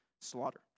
slaughter